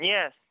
Yes